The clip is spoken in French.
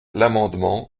l’amendement